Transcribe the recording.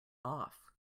off